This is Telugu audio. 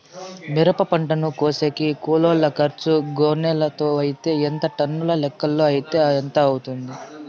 మిరప పంటను కోసేకి కూలోల్ల ఖర్చు గోనెలతో అయితే ఎంత టన్నుల లెక్కలో అయితే ఎంత అవుతుంది?